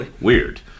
weird